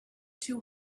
too